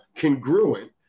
congruent